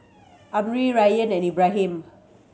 Amrin Ryan and Ibrahim